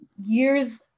years